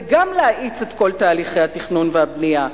וגם להאיץ את כל תהליכי התכנון והבנייה,